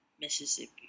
Mississippi